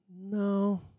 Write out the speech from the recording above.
No